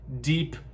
deep